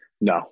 No